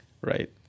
right